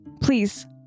Please